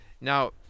now